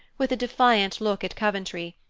with a defiant look at coventry,